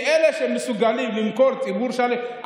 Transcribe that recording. כי אלה שמסוגלים למכור ציבור שלם,